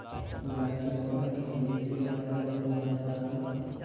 गुलाब के पौधा के तेजी से बढ़ावे ला कोई उपाये बताउ?